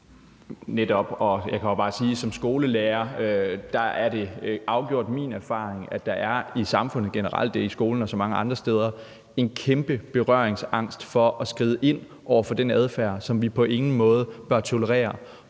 som skolelærer er det afgjort min erfaring, at der i samfundet generelt – i skolen og også mange andre steder – er en kæmpe berøringsangst over for at skride ind over for den adfærd, som vi på ingen måde bør tolerere.